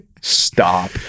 stop